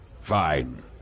Fine